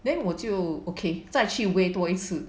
then 我就 okay 再去 weight 多一次